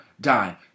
die